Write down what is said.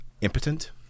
impotent